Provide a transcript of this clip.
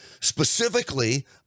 specifically